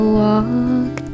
walk